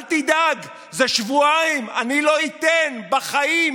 אל תדאג, זה שבועיים, אני לא אתן בחיים.